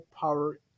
power